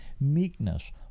meekness